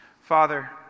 Father